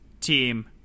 team